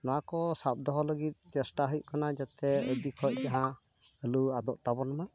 ᱱᱚᱣᱟ ᱠᱚ ᱥᱟᱵ ᱫᱚᱦᱚ ᱞᱟᱹᱜᱤᱜ ᱪᱮᱥᱴᱟ ᱦᱩᱭᱩᱜ ᱠᱟᱱᱟ ᱡᱟᱛᱮ ᱡᱟᱹᱥᱛᱤ ᱠᱷᱚᱡ ᱡᱟᱦᱟᱸ ᱟᱞᱚ ᱟᱫᱚᱜ ᱛᱟᱵᱚᱱᱢᱟ